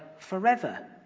forever